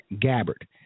Gabbard